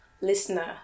listener